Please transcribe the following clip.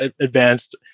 advanced